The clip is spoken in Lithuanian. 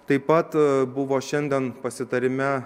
taip pat buvo šiandien pasitarime